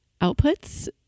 outputs